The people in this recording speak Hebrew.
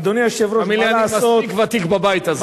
תאמין לי, אני מספיק ותיק בבית הזה.